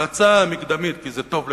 בהצעה מקדמית, כי זה טוב לכולם.